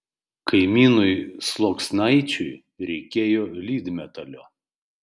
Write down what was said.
kaimynui sluoksnaičiui reikėjo lydmetalio